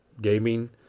gaming